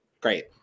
Great